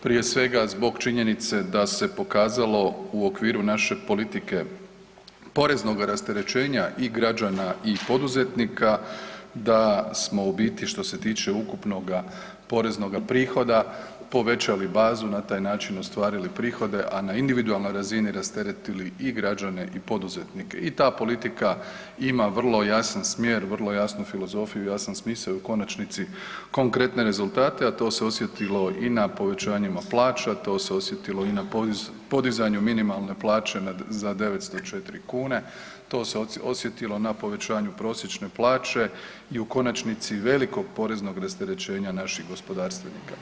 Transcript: Prije svega, zbog činjenice da se pokazalo u okviru naše politike poreznoga rasterećenja i građana i poduzetnika, da smo u biti, što se tiče ukupnoga poreznoga prihoda, povećali bazu, na taj način ostvarili prihode, a na individualnoj razini rasteretili i građane i poduzetnike i ta politika ima vrlo jasan smjer, vrlo jasnu filozofiju, ja sam ... u konačnici konkretne rezultate, a to se osjetilo i na povećanjima plaća, to se osjetilo na podizanju minimalne plaće za 904 kune, to se osjetilo na povećanju prosječne plaće i u konačnici velikog poreznog rasterećenja naših gospodarstvenika.